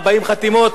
אפס לרעידות